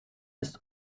ist